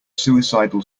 suicidal